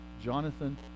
Jonathan